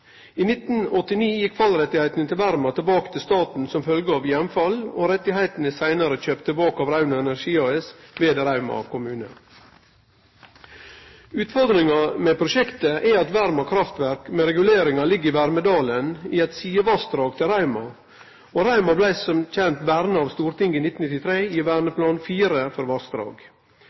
I 1989 gjekk fallrettane til Verma tilbake til staten som følgje av heimfall. Rettane er seinare kjøpt tilbake av Rauma Energi AS ved Rauma kommune. Utfordringane med prosjektet er at Verma kraftverk med reguleringar ligg i Vermedalen, i eit sidevassdrag til Rauma. Rauma blei som kjent verna av Stortinget i 1993 i Verneplan IV for